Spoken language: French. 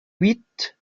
huit